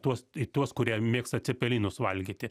tuos į tuos kurie mėgsta cepelinus valgyti